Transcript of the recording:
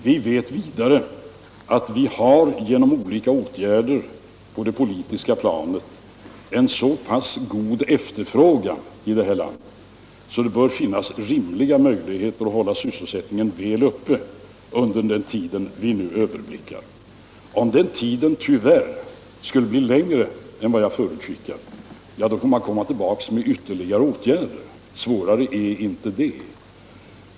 Vi vet vidare att vi genom olika åtgärder — dämpa inflationen, på det politiska planet har en så pass god efterfrågan i det här landet = m.m. att det bör finnas rimliga möjligheter att hålla sysselsättningen väl uppe under den tid vi nu överblickar. Om den tiden tyvärr skulle bli längre än vad jag förutskickar får man komma tillbaka med ytterligare åtgärder, svårare är inte det.